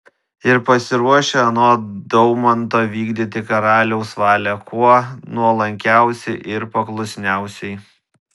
ir pasiruošę anot daumanto vykdyti karaliaus valią kuo nuolankiausiai ir paklusniausiai